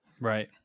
Right